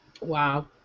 Wow